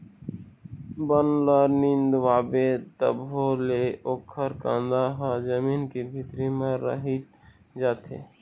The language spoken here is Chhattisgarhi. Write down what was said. बन ल निंदवाबे तभो ले ओखर कांदा ह जमीन के भीतरी म रहि जाथे